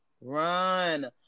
Run